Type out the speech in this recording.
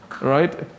right